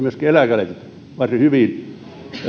myöskin eläkeläiset varsin hyvin